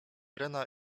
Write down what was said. rena